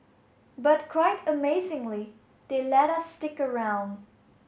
but quite amazingly they let us stick around